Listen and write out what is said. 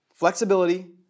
Flexibility